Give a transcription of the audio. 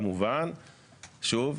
ושוב,